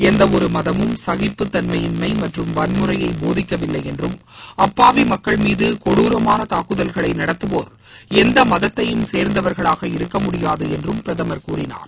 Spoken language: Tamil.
எந்தவொரு மதமும் சகிப்புத்தன்மயின்மை மற்றும் வன்முறையை போதிக்கவில்லை என்றும் அப்பாவி மக்கள் மீது கொடுரமான தாக்குதல்களை நடத்துவோர் எந்த மதத்தையும் சேர்ந்தவர்களாக இருக்கமுடியாது என்றும் பிரதமர் கூறினார்